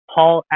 Paul